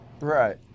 Right